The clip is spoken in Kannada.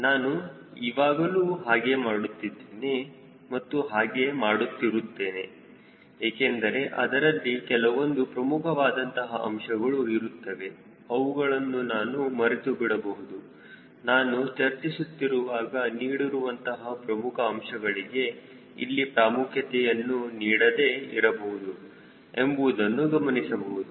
ನಾನು ಇವಾಗಲು ಹಾಗೆ ಮಾಡುತ್ತಿದ್ದೇನೆ ಮತ್ತು ಹಾಗೆ ಮಾಡುತ್ತಿರುತ್ತೇನೆ ಏಕೆಂದರೆ ಅದರಲ್ಲಿ ಕೆಲವೊಂದು ಪ್ರಮುಖವಾದಂತಹ ಅಂಶಗಳು ಇರುತ್ತವೆ ಅವುಗಳನ್ನು ನಾನು ಮರೆತುಬಿಡಬಹುದು ನಾನು ಚರ್ಚಿಸುತ್ತಿರುವಾಗ ನೀಡಿರುವಂತಹ ಪ್ರಮುಖ ಅಂಶಗಳಿಗೆ ಇಲ್ಲಿ ಪ್ರಾಮುಖ್ಯತೆಯನ್ನು ನೀಡದೇ ಇರಬಹುದು ಎಂಬುದನ್ನು ಗಮನಿಸಬಹುದು